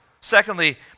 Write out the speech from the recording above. Secondly